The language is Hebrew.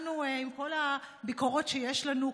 עם כל הביקורות שיש לנו,